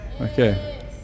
Okay